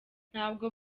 ntabwo